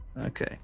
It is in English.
Okay